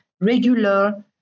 regular